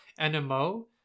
NMO